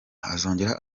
azongera